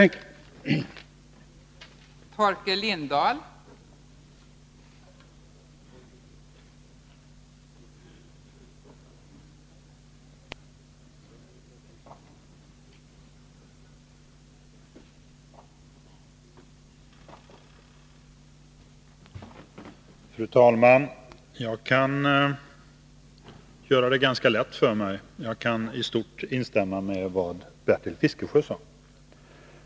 Granskning av